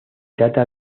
trata